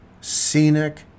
scenic